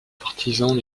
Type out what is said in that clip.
partisans